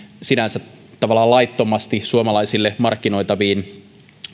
sinänsä tavallaan laittomasti suomalaisille markkinoitaviin